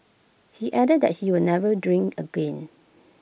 he added that he will never drink again